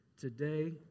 today